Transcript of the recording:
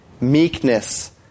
meekness